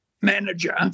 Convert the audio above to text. manager